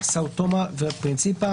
טאו טומה ופרינסיפה,